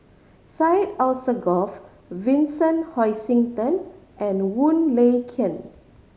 Syed Alsagoff Vincent Hoisington and Wong Lin Ken